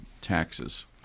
taxes